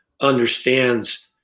Understands